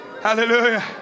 Hallelujah